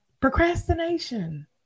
Procrastination